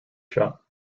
shop